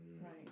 Right